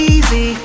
Easy